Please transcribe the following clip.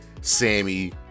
Sammy